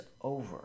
over